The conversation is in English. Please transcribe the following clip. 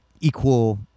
equal